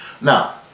Now